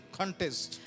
contest